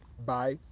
Bye